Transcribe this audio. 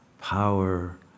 power